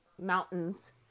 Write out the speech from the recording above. mountains